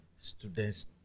Students